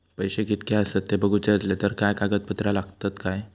पैशे कीतके आसत ते बघुचे असले तर काय कागद पत्रा लागतात काय?